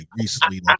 recently